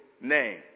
name